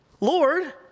Lord